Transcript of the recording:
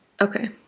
Okay